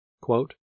quote